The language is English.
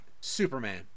Superman